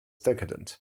decadent